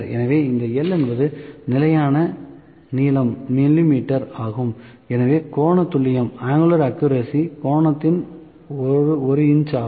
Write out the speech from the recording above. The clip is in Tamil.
எனவே இந்த L என்பது நிலையான நீளம் மிமீ ஆகும் எனவே கோண துல்லியம் கோணத்தின் 1" ஆகும்